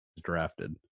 drafted